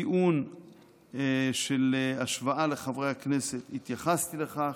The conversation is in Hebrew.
טיעון של השוואה לחברי הכנסת, התייחסתי לכך.